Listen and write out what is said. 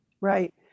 Right